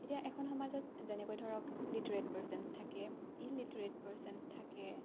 এতিয়া এখন সমাজত যেনেকৈ ধৰক লিটেৰেট পাৰ্চনছ থাকে ইললিটেৰেট পাৰ্চনছ থাকে